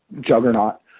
juggernaut